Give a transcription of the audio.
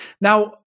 Now